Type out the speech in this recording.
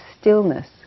stillness